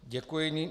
Děkuji.